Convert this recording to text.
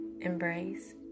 embrace